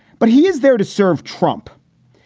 but he is there to serve trump.